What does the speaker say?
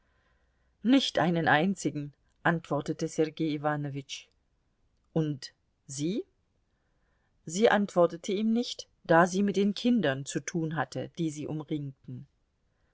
nicht einen einzigen antwortete sergei iwanowitsch und sie sie antwortete ihm nicht da sie mit den kindern zu tun hatte die sie umringten